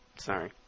Sorry